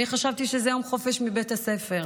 אני חשבתי שזה יום חופש מבית הספר.